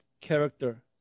character